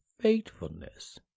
Faithfulness